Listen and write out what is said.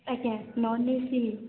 ଆଜ୍ଞା non AC ହିଁ